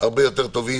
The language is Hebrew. הרבה יותר טובים,